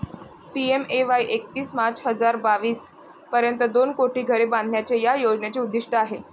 PMAY एकतीस March हजार बावीस पर्यंत दोन कोटी घरे बांधण्याचे या योजनेचे उद्दिष्ट आहे